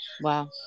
Wow